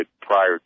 prior